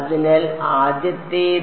അതിനാൽ ആദ്യത്തേത്